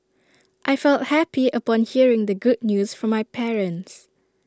I felt happy upon hearing the good news from my parents